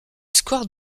square